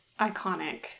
iconic